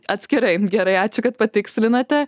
atskirai gerai ačiū kad patikslinote